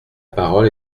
parole